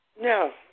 No